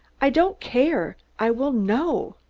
i don't care! i will know!